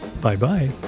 Bye-bye